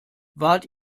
wart